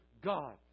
God